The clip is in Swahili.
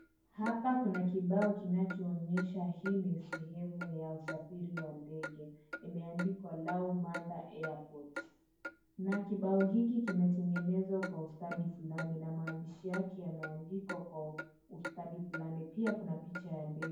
Hapa kuna kibao kinachoonyesha hii ni sehemu ya usafiri wa ndege imeandikwa Lamu Manda Airport na kibao hiki kimetegenezwa kwa ustadi flani na maandishi yake wameandikwa kwa ustadi flani pia kuna picha ya ndege.